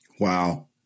Wow